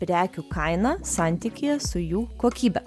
prekių kainą santykyje su jų kokybe